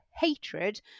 hatred